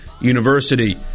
University